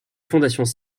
fondations